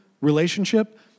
relationship